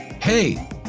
hey